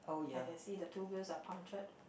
can can see the two wheels are puncture